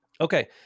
Okay